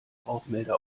rauchmelder